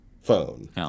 phone